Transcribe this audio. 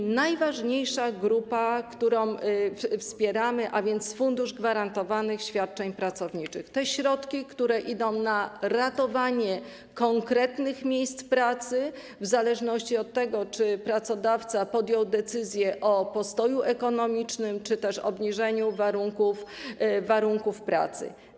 I najważniejsza grupa, którą wspieramy, a więc Fundusz Gwarantowanych Świadczeń Pracowniczych, czyli te środki, które idą na ratowanie konkretnych miejsc pracy, w zależności od tego, czy pracodawca podjął decyzję o postoju ekonomicznym czy też o obniżeniu warunków pracy.